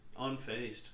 Unfazed